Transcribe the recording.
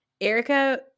Erica